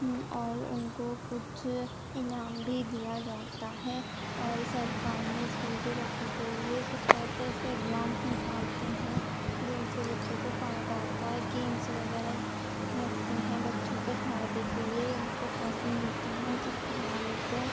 اور ان کو کچھ انعام بھی دیا جاتا ہے اور سرکار نے اسکول کے بچوں کو لیے کچھ ایسے ایسے ایگزامس نکالتے ہیں جن سے بچوں کو فائدہ ہوتا ہے گیمس وغیرہ رکھتے ہیں بچوں کے فائدے کے لیے ان کو پیسے ملتے ہیں جیتنے والے کو